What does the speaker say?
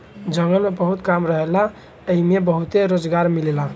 जंगल में बहुत काम रहेला एइमे बहुते रोजगार मिलेला